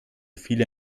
viele